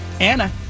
Anna